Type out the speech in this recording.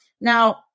Now